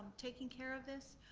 taking care of this.